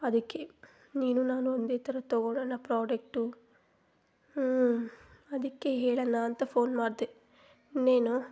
ಅದಕ್ಕೆ ನೀನು ನಾನು ಒಂದೇ ಥರ ತೊಗೊಳ್ಳೋಣ ಪ್ರೊಡಕ್ಟ್ ಹ್ಞೂ ಅದಕ್ಕೆ ಹೇಳೋಣ ಅಂತ ಫೋನ್ ಮಾಡ್ದೆ ಇನ್ನೇನು